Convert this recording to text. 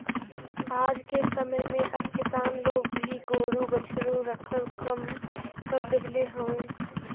आजके समय में अब किसान लोग भी गोरु बछरू रखल कम कर देहले हउव